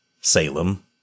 Salem